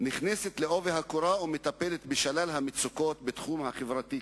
נכנסת בעובי הקורה ומטפלת בשלל המצוקות בתחום החברתי.